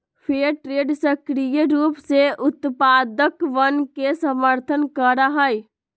fair trade सक्रिय रूप से उत्पादकवन के समर्थन करा हई